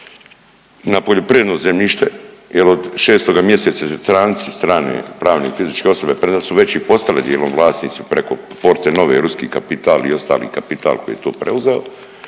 na poljoprivredno zemljište jer od 6. mj., stranci, stane pravne i fizičke osobe, premda su već i postale dijelom vlasnici preko Fortenove, ruski kapital i ostali kapital koji je to preuzeo,